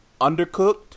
undercooked